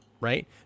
right